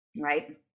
right